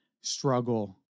struggle